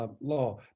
law